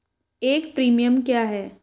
एक प्रीमियम क्या है?